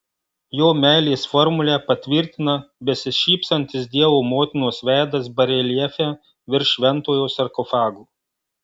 jo meilės formulę patvirtina besišypsantis dievo motinos veidas bareljefe virš šventojo sarkofago